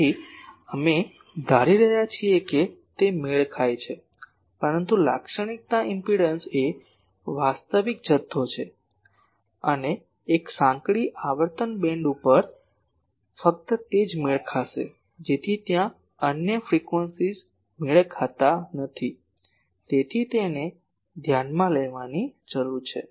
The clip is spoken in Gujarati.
તેથી અમે ધારી રહ્યા છીએ કે તે મેળ ખાય છે પરંતુ લાક્ષણિકતા ઇમ્પેડંસ એ વાસ્તવિક જથ્થો છે અને એક સાંકડી આવર્તન બેન્ડ પર ફક્ત તે જ મેળ ખાશે જેથી ત્યાં અન્ય ફ્રીક્વન્સીઝ મેળ ખાતા નથી તેથી તેને ધ્યાનમાં લેવાની જરૂર છે